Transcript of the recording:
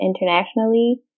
internationally